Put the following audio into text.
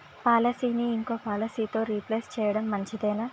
పాలసీని ఇంకో పాలసీతో రీప్లేస్ చేయడం మంచిదేనా?